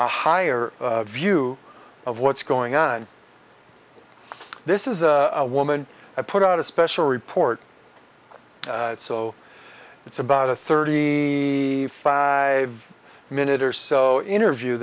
higher view of what's going on this is a woman i put out a special report so it's about a thirty five minute or so interview